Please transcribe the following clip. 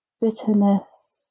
bitterness